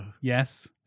Yes